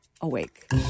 awake